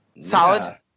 Solid